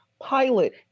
pilot